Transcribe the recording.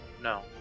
No